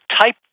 Type